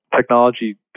Technology